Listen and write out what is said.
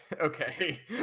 okay